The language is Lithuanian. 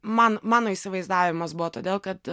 man mano įsivaizdavimas buvo todėl kad